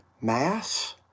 Mass